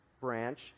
branch